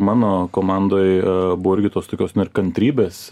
mano komandoj buvo irgi tos tokios na ir kantrybės